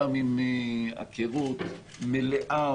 גם עם הכרות מלאה,